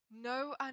No